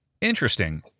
Interesting